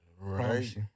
Right